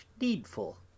needful